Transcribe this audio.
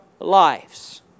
lives